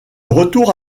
retour